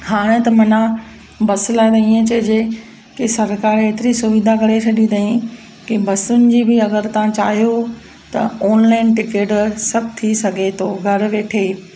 हाणे त माना बस लाइ त ईअं चइजे की सरकार हेतिरी सुविधा करे छॾी ताईं की बसियुनि जी बि अगरि तव्हां चाहियो त ऑनलाइन टिकट सभु थी सघे थो घरु वेठे